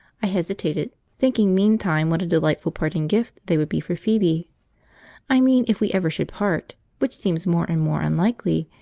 i hesitated, thinking meantime what a delightful parting gift they would be for phoebe i mean if we ever should part, which seems more and more unlikely,